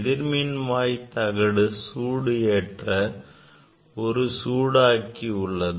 எதிர்மின்வாய் தகட்டை சூடு ஏற்ற ஒரு சூடாக்கி உள்ளது